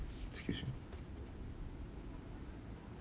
excuse me